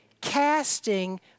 casting